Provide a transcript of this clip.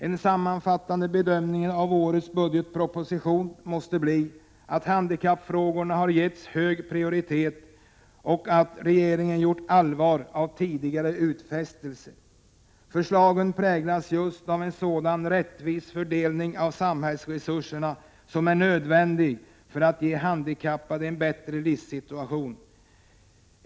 En sammanfattande bedömning av årets budgetproposition måste bli att handikappfrågorna har getts hög prioritet och att regeringen har gjort allvar av tidigare utfästelser. Förslagen präglas av just en sådan rättvis fördelning av samhällsresurserna som är nödvändig för att ge handikappade en bättre livssituation.